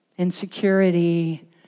insecurity